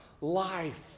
life